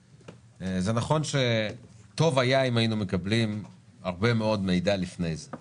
זה נכון שטוב היה אם היינו מקבלים הרבה מאוד מידע לפני זה,